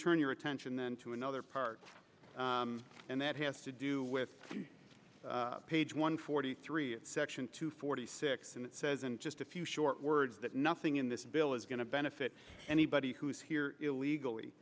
turn your attention then to another part and that has to do with page one forty three section two forty six and it says in just a few short words that not in this bill is going to benefit anybody who is here illegally